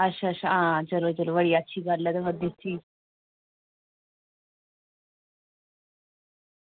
आं ते भई अच्छी गल्ल ऐ तुसें दित्ती